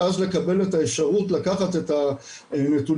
ואז לקבל את האפשרות לקחת את הנתונים